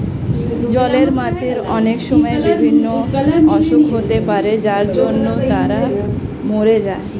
জলের মাছের অনেক সময় বিভিন্ন অসুখ হতে পারে যার জন্য তারা মোরে যায়